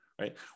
right